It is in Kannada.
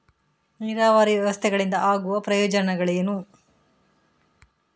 ನೀರಾವರಿ ವ್ಯವಸ್ಥೆಗಳಿಂದ ಆಗುವ ಪ್ರಯೋಜನಗಳೇನು?